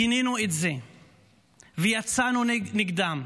גינינו את זה ויצאנו נגדם,